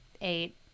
eight